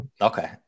okay